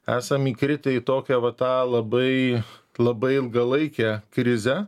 esam įkritę į tokią va tą labai labai ilgalaikę krizę